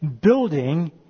building